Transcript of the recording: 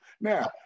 Now